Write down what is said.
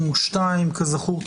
כזכור,